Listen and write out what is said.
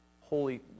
Holy